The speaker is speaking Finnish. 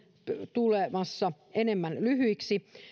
tulemassa enemmän lyhyiksi